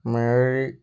mary